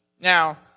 Now